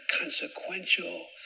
consequential